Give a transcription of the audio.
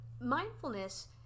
mindfulness